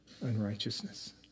unrighteousness